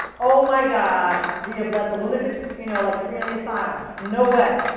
oh, my god, we have let the lunatics, you know, like free in the asylum. no way!